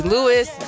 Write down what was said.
Lewis